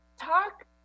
talk